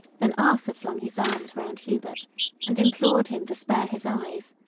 then arthur flung his arms round hubert and implored him to spare his eyes,